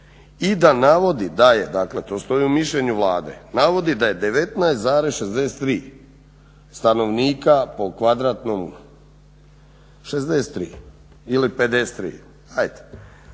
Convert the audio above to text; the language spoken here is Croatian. i da navodi da je, dakle to stoji u mišljenju Vlade, navodi da je 19,63 stanovnika po kvadratnom, 63 ili 53,